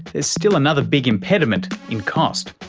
there's still another big impediment in cost.